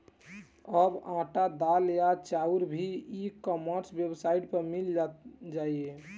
अब आटा, दाल या चाउर भी ई कॉमर्स वेबसाइट पर मिल जाइ